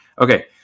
Okay